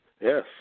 Yes